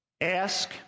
Ask